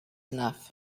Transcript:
enough